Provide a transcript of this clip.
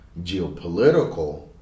geopolitical